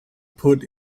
put